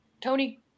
Tony